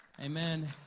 amen